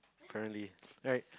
apparently right